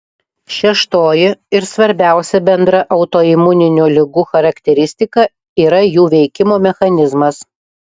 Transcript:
šeštoji ir svarbiausia bendra autoimuninių ligų charakteristika yra jų veikimo mechanizmas